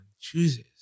chooses